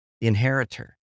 inheritor